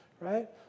right